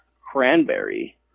cranberry